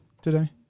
today